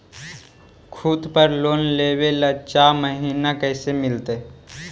खूत पर लोन लेबे ल चाह महिना कैसे मिलतै?